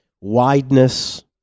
wideness